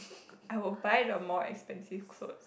I will buy the more expensive clothes